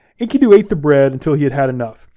enkidu ate the bread until he had had enough.